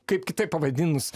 kaip kitaip pavadinus